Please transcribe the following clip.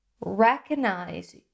recognize